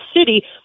city